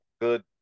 good